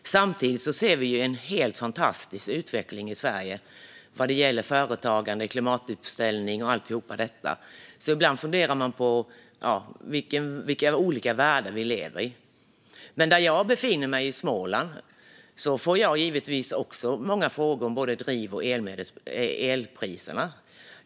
Men samtidigt ser vi en helt fantastisk utveckling i Sverige för företagande, klimatomställning och allt detta. Därför funderar jag ibland över vilka olika världar vi lever i. Där jag befinner mig i Småland får givetvis även jag många frågor om både drivmedels och elpriserna.